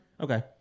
Okay